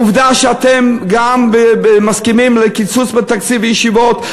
עובדה שגם אתם מסכימים לקיצוץ בתקציב הישיבות.